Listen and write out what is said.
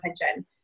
attention